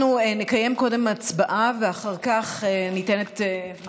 אנחנו נקיים קודם הצבעה, ואחר כך ניתן את, אם